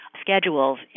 schedules